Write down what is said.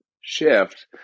shift